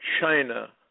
China